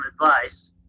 advice